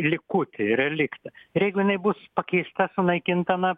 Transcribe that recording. likutį reliktą ir jeigu jinai bus pakeista sunaikinta na